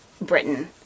Britain